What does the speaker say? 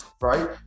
right